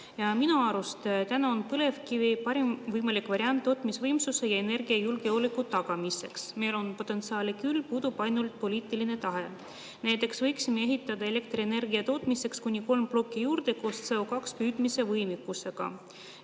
Minu arust täna on põlevkivi parim võimalik variant tootmisvõimsuse ja energiajulgeoleku tagamiseks. Meil on potentsiaali küll, puudub ainult poliitiline tahe. Näiteks võiksime ehitada elektrienergia tootmiseks kuni kolm plokki juurde koos CO2püüdmise võimekusega.